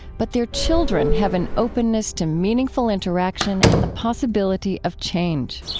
but their children have an openness to meaningful interaction and the possibility of change.